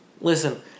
Listen